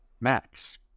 Max